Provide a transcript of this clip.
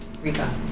Rika